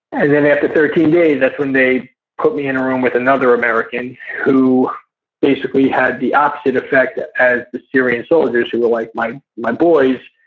and then after thirteen days that's when they put me in a room with another american who basically had the opposite effect as the syrian soldiers, who were like my my boys.